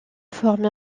forme